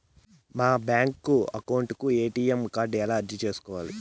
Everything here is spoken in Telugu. మా బ్యాంకు అకౌంట్ కు ఎ.టి.ఎం కార్డు ఎలా అర్జీ సేసుకోవాలి?